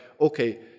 okay